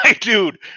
dude